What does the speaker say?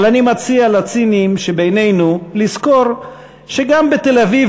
אבל אני מציע לציניים שבינינו לזכור שגם בתל-אביב